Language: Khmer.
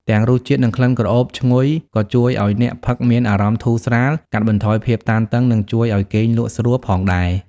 ទាំងរសជាតិ និងក្លិនក្រអូបឈ្ងុយក៏ជួយឲ្យអ្នកផឹកមានអារម្មណ៍ធូរស្រាល កាត់បន្ថយភាពតានតឹង និងជួយឲ្យគេងលក់ស្រួលផងដែរ។